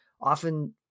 often